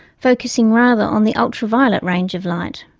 focussing rather on the ultraviolet range of light.